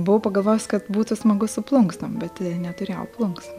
buvau pagalvojus kad būtų smagu su plunksnom bet neturėjau plunksnų